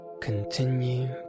continue